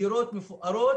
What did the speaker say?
בדירות מפוארות,